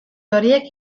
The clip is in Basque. horiek